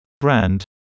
Brand